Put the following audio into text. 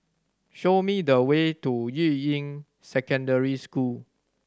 show me the way to Yuying Secondary School